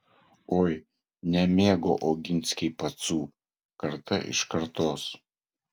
oi nemėgo oginskiai pacų karta iš kartos